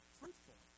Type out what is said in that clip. fruitful